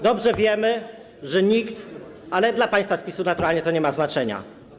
Dobrze wiemy, że nikt, ale dla państwa z PiS naturalnie to nie ma znaczenia.